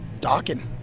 docking